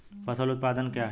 फसल उत्पादन क्या है?